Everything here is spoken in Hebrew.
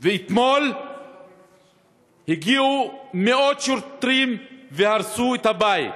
ואתמול הגיעו מאות שוטרים, והרסו את הבית.